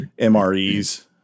MREs